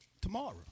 tomorrow